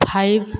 five